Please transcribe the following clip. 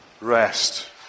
Rest